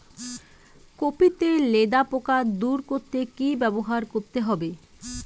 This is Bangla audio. কপি তে লেদা পোকা দূর করতে কি ব্যবহার করতে হবে?